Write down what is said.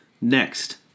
next